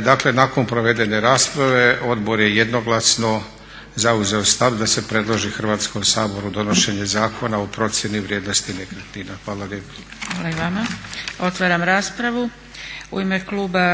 Dakle, nakon provedene rasprave Odbor je jednoglasno zauzeo stav da se predloži Hrvatskom saboru donošenje Zakona o procjeni vrijednosti nekretnina. Hvala lijepo. **Zgrebec, Dragica (SDP)** Hvala i vama. Otvaram raspravu. U ime Kluba